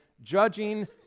judging